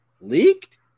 leaked